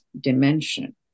dimension